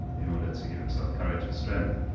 in order to give himself courage and strength.